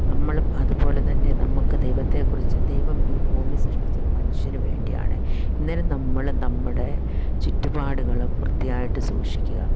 നമ്മളും അതുപോലെ തന്നെ നമ്മള്ക്ക് ദൈവത്തെക്കുറിച്ച് ദൈവം ഈ ഭൂമി സൃഷ്ടിച്ചത് മനുഷ്യന് വേണ്ടിയാണ് അന്നേരം നമ്മള് നമ്മുടെ ചുറ്റുപാടുകളും വൃത്തിയായിട്ട് സൂക്ഷിക്കുക